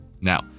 Now